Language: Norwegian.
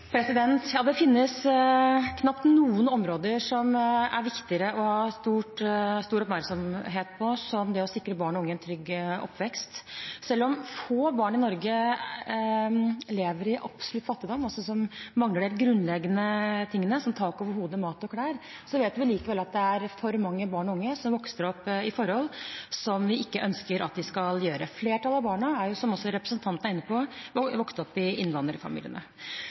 Det finnes knapt noe område som det er viktigere å ha stor oppmerksomhet på enn det å sikre barn og unge en trygg oppvekst. Selv om få barn i Norge lever i absolutt fattigdom, som altså mangler det helt grunnleggende – som tak over hodet, mat og klær – vet vi likevel at det er for mange barn og unge som vokser opp under forhold som vi ikke ønsker at de skal gjøre. Flertallet av de barna – som også representanten var inne på – vokser opp i